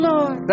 Lord